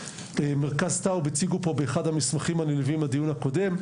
מרכז טאוב הציגו פה באחד המסמכים הנלווים בדיון הקודם,